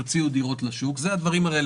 הם דיברו על מצב שיש להורה דירה, ואז קונים עוד